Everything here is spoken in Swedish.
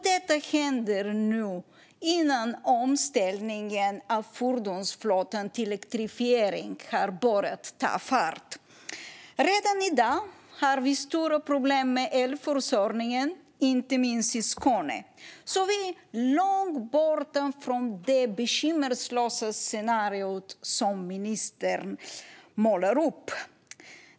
Detta händer nu innan omställningen av fordonsflottan till elektrifiering har börjat ta fart. Redan i dag finns stora problem med elförsörjningen, inte minst i Skåne. Vi är alltså långt borta från det bekymmerslösa scenario som ministern målar upp.